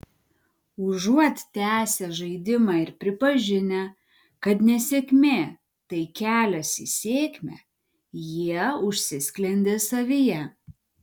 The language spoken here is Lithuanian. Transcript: užuot tęsę žaidimą ir pripažinę kad nesėkmė tai kelias į sėkmę jie užsisklendė savyje